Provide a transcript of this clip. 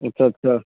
اچھا اچھا